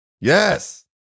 yes